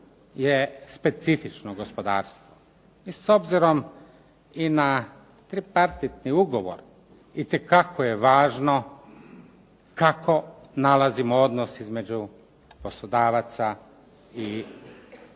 je specifično gospodarstvo i s obzirom i na tripartitni ugovor itekako je važno kako nalazimo odnos između poslodavaca i sindikata.